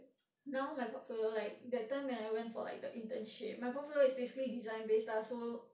now my portfolio like that time when I went for like the internship my portfolio is basically design based lah so